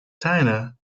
tina